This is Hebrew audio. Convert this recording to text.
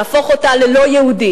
נהפוך אותה ללא-יהודית,